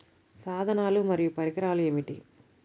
సాధనాలు మరియు పరికరాలు ఏమిటీ?